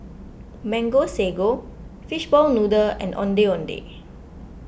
Mango Sago Fishball Noodle and Ondeh Ondeh